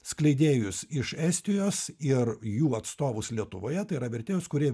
skleidėjus iš estijos ir jų atstovus lietuvoje tai yra vertėjus kurie